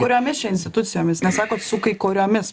kuriomis čia institucijomis nes sakot su kai kuriomis